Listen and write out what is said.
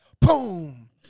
Boom